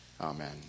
Amen